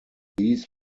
these